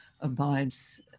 abides